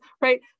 right